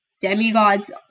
demigods